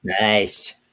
nice